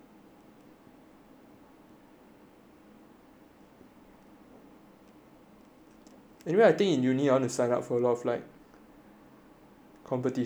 anyway I think in uni ah this time they'll have a lot of like competitions sia